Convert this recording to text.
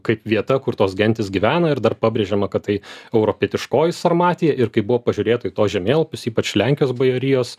kaip vieta kur tos gentys gyvena ir dar pabrėžiama kad tai europietiškoji sarmatija ir kai buvo pažiūrėta į tuos žemėlapius ypač lenkijos bajorijos